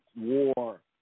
war